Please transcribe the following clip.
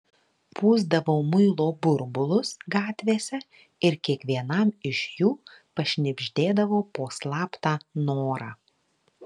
pūsdavau muilo burbulus gatvėse ir kiekvienam iš jų pašnibždėdavau po slaptą norą